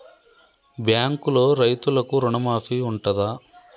బ్యాంకులో రైతులకు రుణమాఫీ ఉంటదా?